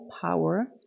power